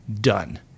done